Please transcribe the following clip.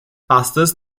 astăzi